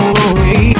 away